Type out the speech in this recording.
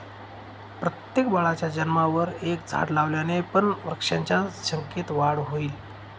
प्रत्येक बाळाच्या जन्मावर एक झाड लावल्याने पण वृक्षांच्या संख्येत वाढ होईल